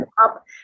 up